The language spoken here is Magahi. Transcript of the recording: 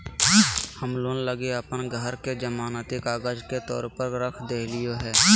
हम लोन लगी अप्पन घर के जमानती कागजात के तौर पर रख देलिओ हें